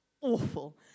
Awful